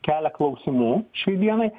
kelia klausimų šiai dienai